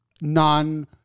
non